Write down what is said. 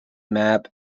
map